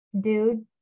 dude